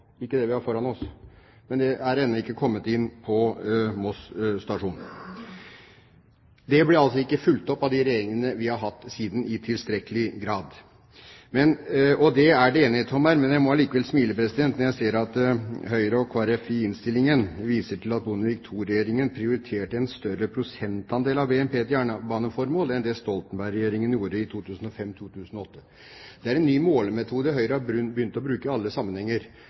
ikke det vi har foran oss. Men det er ennå ikke kommet inn på Moss stasjon. Det ble altså ikke fulgt opp av de regjeringene vi har hatt siden, i tilstrekkelig grad. Det er det enighet om her, men jeg må likevel smile når jeg ser at Høyre og Kristelig Folkeparti i innstillingen viser til at Bondevik II-regjeringen prioriterte en større prosentandel av BNP til jernbaneformål enn det Stoltenberg-regjeringen gjorde i 2005–2008. Det er en ny målemetode Høyre har begynt å bruke i alle sammenhenger,